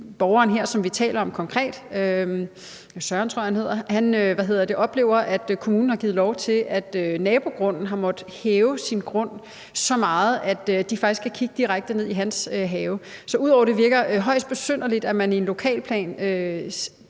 borgeren her, som vi konkret taler om – Søren tror jeg han hedder – oplever, at kommunen har givet lov til, at naboen har måttet hæve sin grund så meget, at de faktisk kan kigge direkte ned i hans have. Så ud over at det virker højst besynderligt, at man i en lokalplan